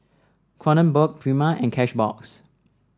Kronenbourg Prima and Cashbox